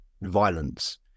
violence